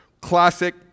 classic